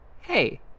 Hey